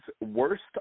worst